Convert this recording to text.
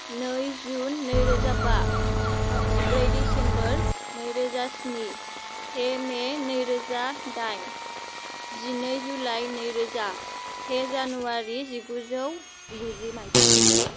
नै जुन नैरोजा बा जिब्रै डिसेम्बर नैरोजा स्नि से मे नैरोजा दाइन जिनै जुलाइ नैरोजा से जानुवारि जिगुजौ गुजि मायथाइ